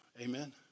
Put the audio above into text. Amen